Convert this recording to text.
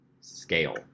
scale